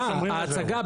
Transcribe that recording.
ההצגה,